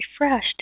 refreshed